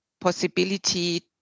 possibility